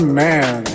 man